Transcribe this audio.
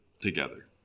together